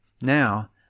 Now